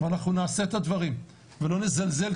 גדלתי בבית מסורתי,